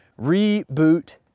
Reboot